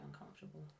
uncomfortable